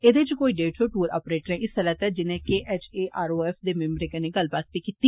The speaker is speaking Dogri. एह्दे च कोई डेढ़ सौ टूर ऑपरेटरें हिस्सा लैता जिनें ज्ञभ ात्थ दे मिम्बरें कन्नै गल्लबात बी कीती